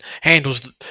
Handles